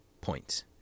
points